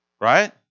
Right